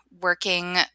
working